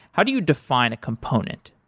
how do you define a component?